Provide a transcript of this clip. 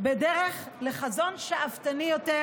בדרך לחזון שאפתני יותר,